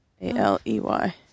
A-L-E-Y